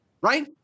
Right